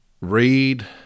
Read